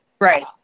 Right